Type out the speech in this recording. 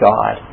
God